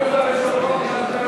כן.